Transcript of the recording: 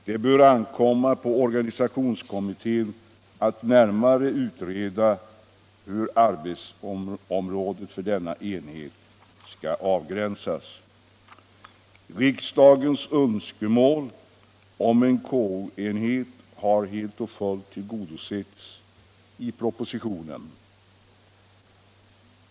Det bör ankomma på organisationskommittén att närmare utreda hur arbetsområdet för denna enhet skall avgränsas.” Riksdagens önskemål om en KO-enhet har helt och fullt tillgodosetts i propositionen.